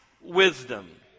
wisdom